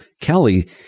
Kelly